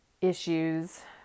issues